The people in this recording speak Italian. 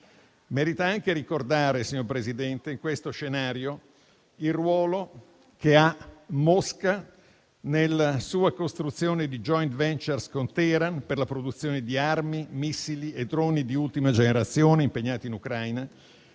Merita anche ricordare in questo scenario, signor Presidente, il ruolo che ha Mosca nella sua costruzione di *joint venture* con Teheran per la produzione di armi, missili e droni di ultima generazione impegnati in Ucraina.